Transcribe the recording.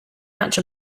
much